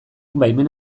baimena